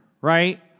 right